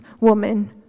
woman